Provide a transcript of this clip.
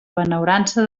benaurança